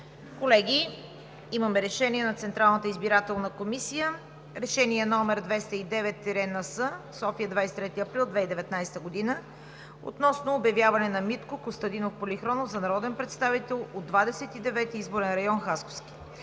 Колеги, имаме Решение на Централната избирателна комисия. „РЕШЕНИЕ № 209-НС/София 23 април 2019 г. относно обявяване на Митко Костадинов Полихронов за народен представител от 29 изборен район – Хасковски.